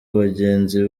abagenzi